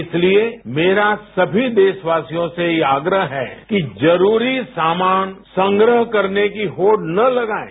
इसलिये मेरा सभी देशवासियों से यह आग्रह है कि जरूरी सामान संग्रह करने की होड़ ना लगायें